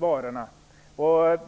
varorna.